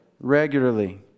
Regularly